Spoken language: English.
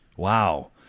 Wow